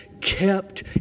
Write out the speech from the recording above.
kept